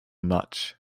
much